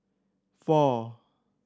four